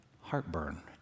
heartburn